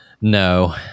No